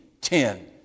ten